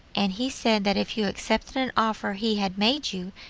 and he said that if you accepted an offer he had made you,